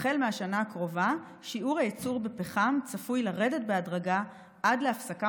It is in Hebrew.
החל מהשנה הקרובה שיעור הייצור בפחם צפוי לרדת בהדרגה עד להפסקה